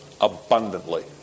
abundantly